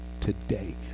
today